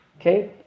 okay